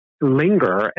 linger